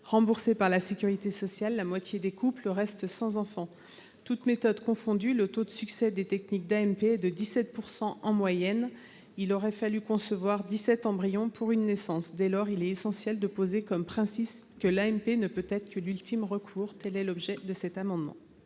remboursées par la sécurité sociale, la moitié des couples reste sans enfant. Toutes méthodes confondues, le taux de succès des techniques d'AMP est de 17 %, et, en moyenne, il aura fallu concevoir dix-sept embryons pour une naissance. Dès lors, il est essentiel de poser comme principe que l'AMP ne peut être que l'ultime recours. Tel est l'objet de cet amendement.